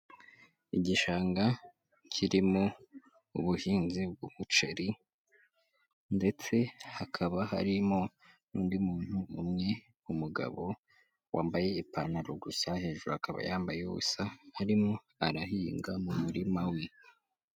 Igishanga kirimo ubuhinzi bw'umuceri ndetse hakaba harimo n'undi muntu umwe w'umugabo, wambaye ipantaro gusa hejuru akaba yambayeho ubusa, arimo arahinga mu murima we.